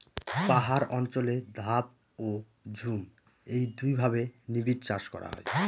পাহাড় অঞ্চলে ধাপ ও ঝুম এই দুইভাবে নিবিড়চাষ করা হয়